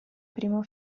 primo